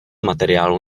materiálů